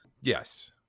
yes